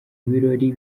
ibirori